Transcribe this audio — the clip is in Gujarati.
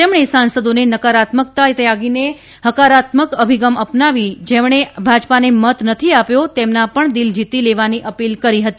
તેમણે સાંસદીને નકારાત્મકતા ત્યાગીને હકારાત્મક અભિગમ અપનાવી જેમણે ભાજપાને મત નથી આપ્યો તેમના પણ દિલ જીતી લેવાની અપીલ કરી હતી